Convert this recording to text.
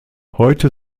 heute